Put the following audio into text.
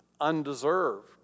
undeserved